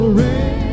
rain